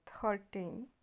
Thirteen